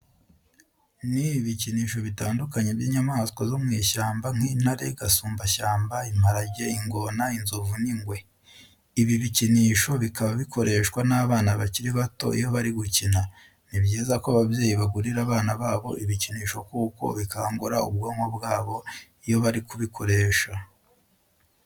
Ni ibikinisho bitandukanye by'inyamaswa zo mu ishyamba nk'intare, gasumbashyamba, imparage, ingona, inzovu n'ingwe. Ibi bikinisho bikaba bikoreshwa n'abana bakiri bato iyo bari gukina. Ni byiza ko ababyeyi bagurira bana babo ibikinisho kuko bikangura ubwonko bwabo iyo bari kubikoresha.